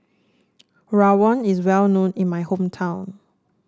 Rawon is well known in my hometown